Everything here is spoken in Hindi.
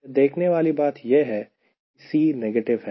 यहां देखने वाली बात यह है कि C नेगेटिव है